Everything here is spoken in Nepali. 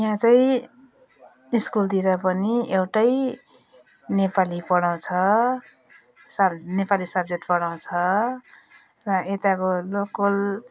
यहाँ चाहिँ स्कुलतिर पनि एउटै नेपाली पढाउँछ सब नेपाली सब्जेक्ट पढाउँछ यताको लोकल